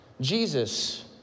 Jesus